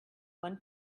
one